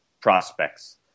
prospects